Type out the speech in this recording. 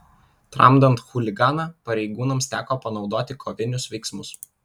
tramdant chuliganą pareigūnams teko panaudoti kovinius veiksmus